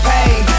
Pain